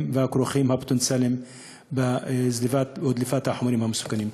והכרוכים הפוטנציאליים בדליפת החומרים המסוכנים.